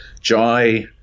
Jai